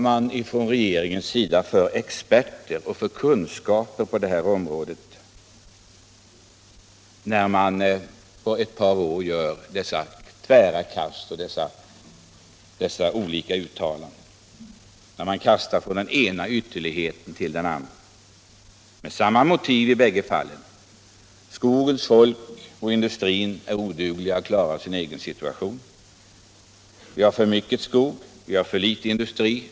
Man frågar sig vilka experter och kunskaper regeringen har på det här området när den under ett par år gör dessa olika uttalanden och kastar sig från den ena ytterligheten till den andra med samma motiv i bägge fallen — att skogens folk och skogsindustrin inte kan klara sin egen situation. Först har vi för mycket skog, för litet industri.